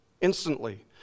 instantly